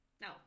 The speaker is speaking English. No